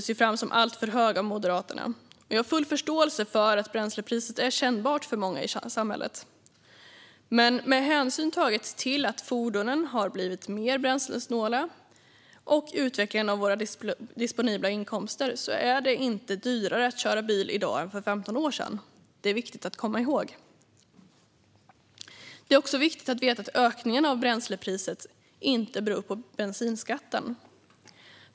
Jag har full förståelse för att bränslepriset är kännbart för många i samhället. Men med hänsyn tagen till att fordonen blivit mer bränslesnåla och till utvecklingen av våra disponibla inkomster är det inte dyrare att köra bil i dag än för 15 år sedan. Detta är viktigt att komma ihåg. Det är också viktigt att veta att ökningen av bränslepriset inte beror på bensinskatten.